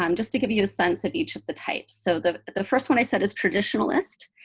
um just to give you a sense of each of the types. so the the first one i said is traditionalist.